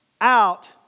out